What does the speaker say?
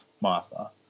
Martha